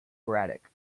braddock